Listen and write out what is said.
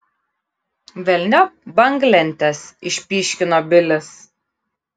velniop banglentes išpyškino bilis